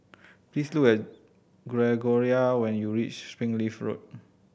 please look Gregoria when you reach Springleaf Road